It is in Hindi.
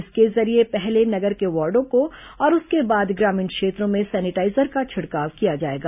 इसके जरिये पहले नगर के बार्डो को और उसके बाद ग्रामीण क्षेत्रों में सेनिटाईजर का छिड़काव किया जाएगा